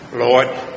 Lord